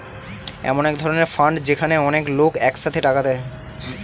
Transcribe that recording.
এমন এক ধরনের ফান্ড যেখানে অনেক লোক এক সাথে টাকা দেয়